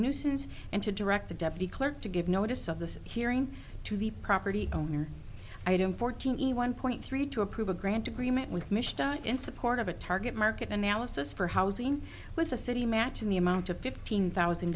nuisance and to direct the deputy clerk to give notice of the hearing to the property owner i don't fortini one point three to approve a grant agreement with mr in support of a target market analysis for housing with a city matching the amount of fifteen thousand